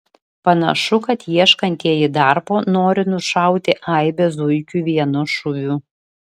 panašu kad ieškantieji darbo nori nušauti aibę zuikių vienu šūviu